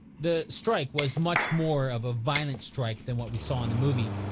the strike was much more of a violent strike than what we saw in the movie,